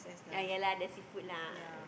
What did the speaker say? ya ya lah the seafood lah